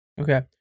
Okay